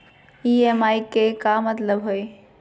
EMI के का मतलब हई?